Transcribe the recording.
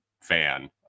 fan